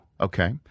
Okay